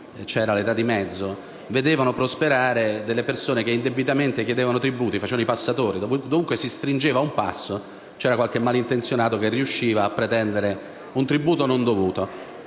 nell'Età di mezzo, vedevano prosperare delle persone che indebitamente chiedevano tributi, facevano i passatori: dovunque si stringeva un passo, c'era qualche malintenzionato che riusciva a pretendere un tributo non dovuto.